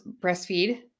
breastfeed